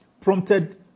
prompted